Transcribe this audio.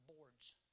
boards